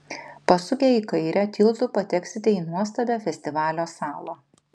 pasukę į kairę tiltu pateksite į nuostabią festivalio salą